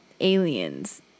aliens